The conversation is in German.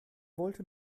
wollte